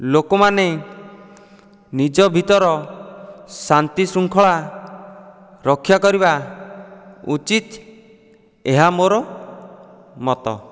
ଲୋକମାନେ ନିଜ ଭିତର ଶାନ୍ତିଶୃଙ୍ଖଳା ରକ୍ଷାକରିବା ଉଚିତ ଏହା ମୋର ମତ